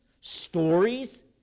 stories